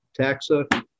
taxa